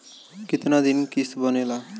कितना दिन किस्त बनेला?